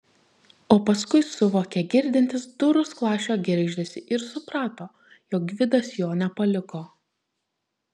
o paskui suvokė girdintis durų skląsčio girgždesį ir suprato jog gvidas jo nepaliko